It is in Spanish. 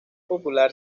popular